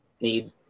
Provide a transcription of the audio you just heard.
need